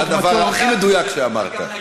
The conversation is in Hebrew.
זה הדבר הכי מדויק שאמרת.